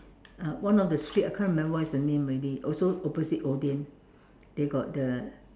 uh one of the street I can't remember what is the name already also opposite Odean they got the